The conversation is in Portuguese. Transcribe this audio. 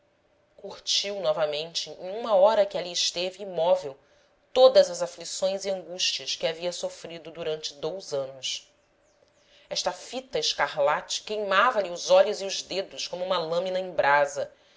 uma hora que ali esteve imóvel todas as aflições e angústias que havia sofrido durante dous anos esta fita escarlate queimava lhe os olhos e os dedos como uma lâmina em brasa